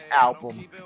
album